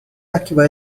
arquivar